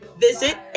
visit